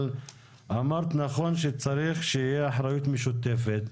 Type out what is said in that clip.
אבל אמרת נכון שצריך שתהיה אחריות משותפת,